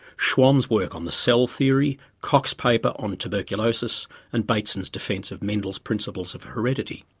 schwann's work on the cell theory, koch's paper on tuberculosis and bateson's defence of mendel's principles of heredity.